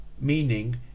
meaning